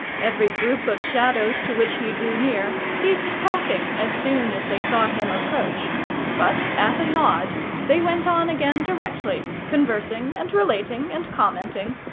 every group of shadows to which he drew near, ceased talking as soon as they saw him approach but at a nod they went on again directly, conversing and relating and commenting,